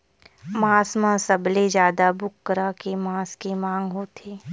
मांस म सबले जादा कुकरा के मांस के मांग होथे